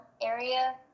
area